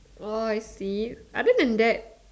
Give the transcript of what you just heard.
orh I see other than that